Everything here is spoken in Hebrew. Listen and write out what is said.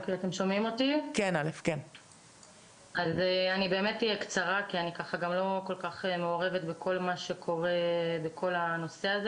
אני אהיה קצרה כי אני גם לא כל כך מעורבת בכל הנושא הזה,